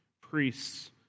priests